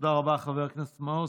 תודה רבה, חבר הכנסת מעוז.